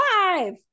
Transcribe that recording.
Five